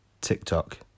TikTok